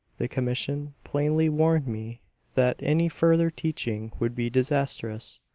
the commission plainly warned me that any further teaching would be disastrous.